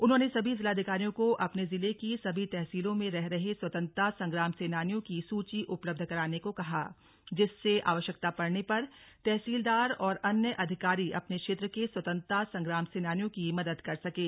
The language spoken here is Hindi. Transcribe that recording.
उन्होंने सभी जिलाधिकारियों को अपने जिले की सभी तहसीलों में रह रहे स्वतंत्रता संग्राम सेनानियों की सूची उपलब्ध कराने को कहा जिससे आवश्यकता पड़ने पर तहसीलदार और अन्य अधिकारी अपने क्षेत्र के स्वतंत्रता संग्राम सेनानियों की मदद कर सकें